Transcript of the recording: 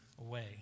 away